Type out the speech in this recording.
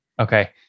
Okay